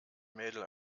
mädel